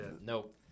Nope